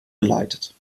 geleitet